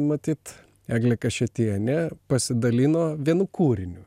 matyt eglė kašėtienė pasidalino vienu kūriniu